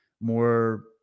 more